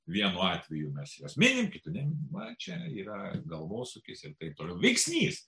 vienu atveju mes juos minim kitu neminim vat čia yra galvosūkis ir taip toliau veiksnys